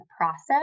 process